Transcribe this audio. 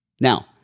Now